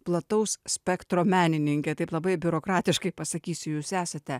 plataus spektro menininkė taip labai biurokratiškai pasakysiu jūs esate